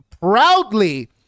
proudly